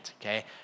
okay